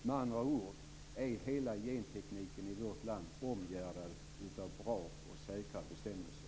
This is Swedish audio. Med andra ord är hela gentekniken i vårt land omgärdad av bra och säkra bestämmelser.